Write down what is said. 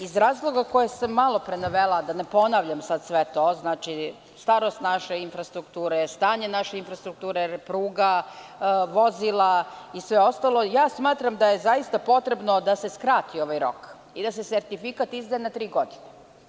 Iz razloga koje sam malo pre navela, da ne ponavljam sve to, starost naše infrastrukture, stanje naše infrastrukture, pruga, vozila i sve ostalo, smatram da je zaista potrebno da se skrati ovaj rok i da se sertifikat izdaje na tri godine.